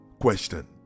question